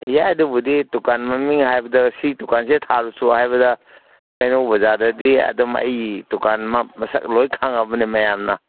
ꯌꯥꯏ ꯑꯗꯨꯕꯨꯗꯤ ꯗꯨꯀꯥꯟ ꯃꯃꯤꯡ ꯍꯥꯏꯕꯗ ꯁꯤ ꯗꯨꯀꯥꯟꯁꯦ ꯊꯥꯔꯨꯆꯣ ꯍꯥꯏꯕꯗ ꯀꯩꯅꯧ ꯕꯖꯥꯔꯗꯗꯤ ꯑꯗꯨꯝ ꯑꯩ ꯗꯨꯀꯥꯟ ꯃꯁꯛ ꯂꯣꯏ ꯈꯪꯉꯕꯅꯦ ꯃꯌꯥꯝꯅ